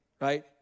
right